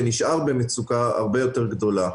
ונשאר במצוקה הרבה יותר גדולה.